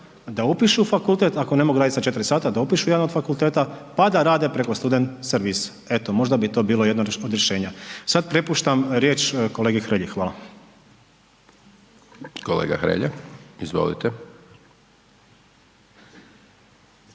da upišu fakultet ako ne mogu raditi sa četiri sata, da upišu jedan od fakulteta pa da rade preko student servisa. Eto možda bi to bilo jedno od rješenja. Sada prepuštam riječ kolegi Hrelji. Hvala. **Hajdaš Dončić,